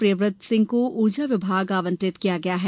प्रियव्रत सिंह को ऊर्जा विभाग आवंटित किया गया है